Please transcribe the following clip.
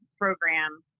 program